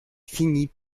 finit